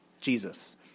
Jesus